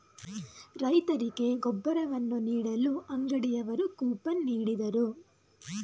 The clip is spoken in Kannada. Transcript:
ರೈತರಿಗೆ ಗೊಬ್ಬರವನ್ನು ನೀಡಲು ಅಂಗಡಿಯವರು ಕೂಪನ್ ನೀಡಿದರು